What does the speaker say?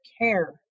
care